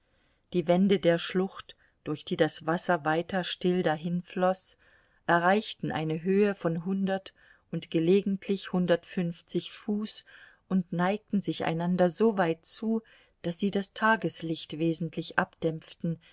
die wände der schlucht durch die das wasser weiter still dahinfloß erreichten eine höhe von hundert und gelegentlich hundertfünfzig fuß und neigten sich einander soweit zu daß sie das tageslicht wesentlich abdämpften